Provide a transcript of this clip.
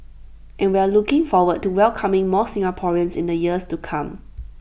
and we're looking forward to welcoming more Singaporeans in the years to come